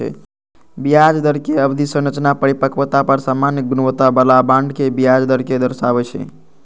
ब्याज दरक अवधि संरचना परिपक्वता पर सामान्य गुणवत्ता बला बांड के ब्याज दर कें दर्शाबै छै